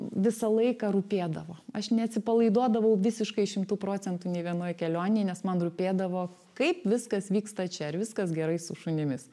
visą laiką rūpėdavo aš neatsipalaiduodavau visiškai šimtu procentų nei vienoj kelionėj nes man rūpėdavo kaip viskas vyksta čia ar viskas gerai su šunimis